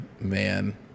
man